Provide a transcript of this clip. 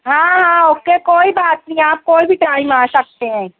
ہاں ہاں اوکے کوئی بات نہیں آپ کوئی بھی ٹائم آ سکتے ہیں